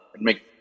make